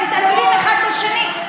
מתעלמים אחד מהשני.